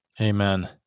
amen